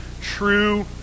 true